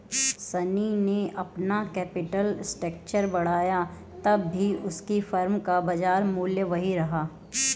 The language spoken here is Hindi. शनी ने अपना कैपिटल स्ट्रक्चर बढ़ाया तब भी उसकी फर्म का बाजार मूल्य वही रहा